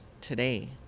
today